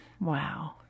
Wow